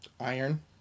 Iron